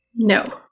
No